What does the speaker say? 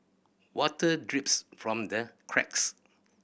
water drips from the cracks